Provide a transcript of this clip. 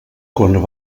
quan